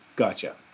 Gotcha